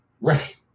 right